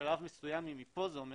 בשלב מסוים אם היא פה, זה אומר